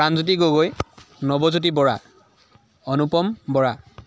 Pranjyoti Gogoi Nabajyoti Bora Anupam Bora